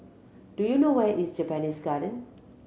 do you know where is Japanese Garden